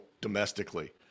domestically